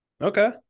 Okay